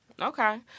Okay